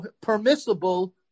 permissible